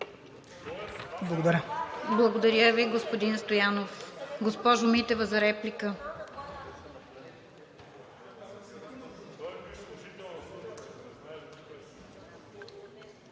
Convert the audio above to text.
КИРОВА: Благодаря Ви, господин Стоянов. Госпожо Митева – за реплика.